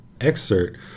excerpt